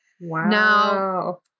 wow